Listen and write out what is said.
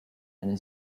eine